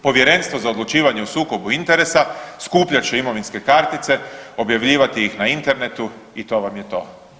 Povjerenstvo za odlučivanje o sukobu interesa skupljat će imovinske kartice, objavljivati ih na internetu i to vam je to.